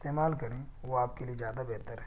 استعمال کریں وہ آپ کے لیے زیادہ بہتر ہے